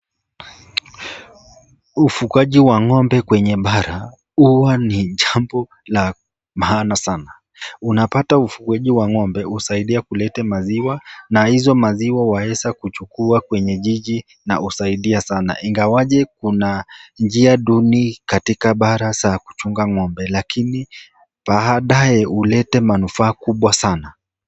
Ufugaji wa ng'ombe kwenye bara huwa ni jambo la maana sana, unapata ufugaji wa ng'ombe husaidia kuleta maziwa na hizo maziwa waeza kuchukua kwenye jiji na husaidia sana, ingawaje kuna njia duni katika bara za kufuga ng'ombe, lakini baadaye huleta manufaa kubwa sana.